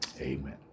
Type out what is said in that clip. Amen